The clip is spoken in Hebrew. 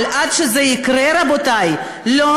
אבל עד שזה יקרה, רבותי, נא לסיים.